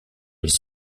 les